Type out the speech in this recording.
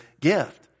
gift